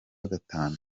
gatanu